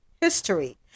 history